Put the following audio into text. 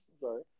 Sorry